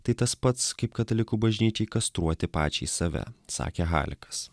tai tas pats kaip katalikų bažnyčiai kastruoti pačiai save sakė halikas